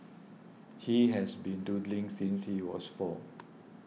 he has been doodling since he was four